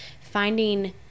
finding